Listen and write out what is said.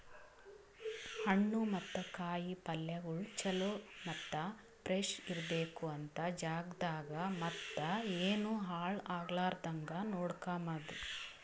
ಹಣ್ಣು ಮತ್ತ ಕಾಯಿ ಪಲ್ಯಗೊಳ್ ಚಲೋ ಮತ್ತ ಫ್ರೆಶ್ ಇರ್ಬೇಕು ಅಂತ್ ಜಾಗದಾಗ್ ಮತ್ತ ಏನು ಹಾಳ್ ಆಗಲಾರದಂಗ ನೋಡ್ಕೋಮದ್